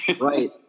right